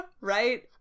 Right